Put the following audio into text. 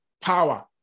Power